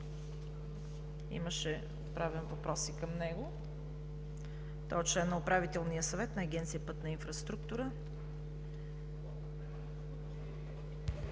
Имаше отправен въпрос и към него. Той е член на Управителния съвет на Агенция „Пътна инфраструктура“.